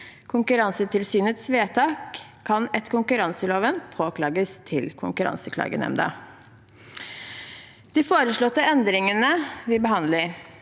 Konkurransetilsynets vedtak kan etter konkurranseloven påklages til Konkurranseklagenemnda. De foreslåtte endringene vi behandler,